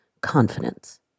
confidence